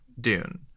Dune